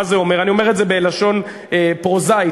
אני אומר את זה בלשון פרוזאית,